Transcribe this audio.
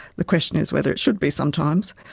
the question is whether it should be sometimes.